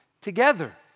together